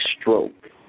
stroke